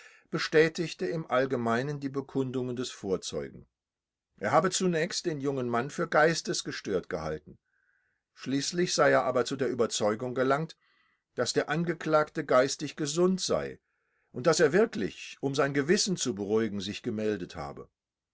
bestätigte im allgemeinen die bekundungen des vorzeugen er habe zunächst den jungen mann für geistesgestört gehalten schließlich sei er aber zu der überzeugung gelangt daß der angeklagte geistig gesund sei und daß er wirklich um sein gewissen zu beruhigen sich gemeldet habe